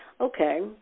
Okay